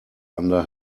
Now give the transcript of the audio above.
under